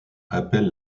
appelle